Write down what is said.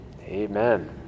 Amen